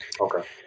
Okay